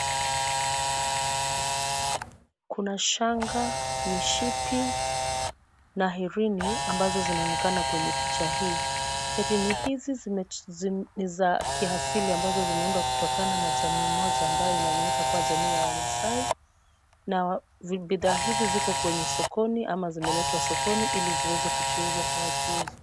Kuna shanga, mishipi na herini ambazo zinaonekana kwenye picha hii. Herini hizi ni za kiasili ambazo zimeundwa kutokana na jamii moja ambayo inaaminika kuwa jamii ya wamasai. Na bidhaa ziko kwenye sokoni ama zimeletwa sokoni ili ziweze kuchuuzwa kwa wachuuzi.